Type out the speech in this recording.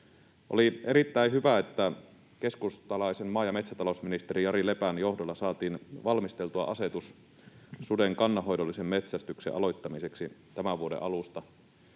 Oli erittäin hyvä, että keskustalaisen maa- ja metsätalousministeri Jari Lepän johdolla saatiin valmisteltua asetus suden kannanhoidollisen metsästyksen aloittamiseksi tämän vuoden alusta.